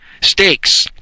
stakes